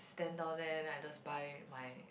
stand down there then I just buy my